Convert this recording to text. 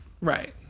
right